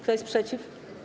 Kto jest przeciw?